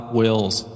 wills